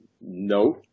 No